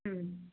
हं